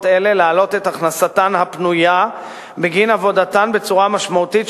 אלה להעלות את הכנסתן הפנויה בגין עבודתן בצורה משמעותית,